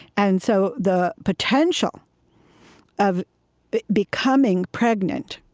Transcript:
and so the potential of becoming pregnant